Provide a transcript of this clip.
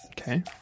Okay